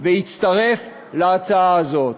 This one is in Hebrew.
ויצטרף להצעה הזאת.